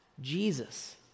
Jesus